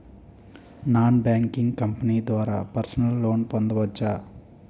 Non banking company ద్వారా personal loan పొందవచ్చా?